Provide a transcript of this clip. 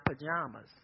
pajamas